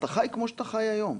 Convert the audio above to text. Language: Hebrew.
אתה חי כמו שאתה חי היום,